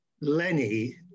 Lenny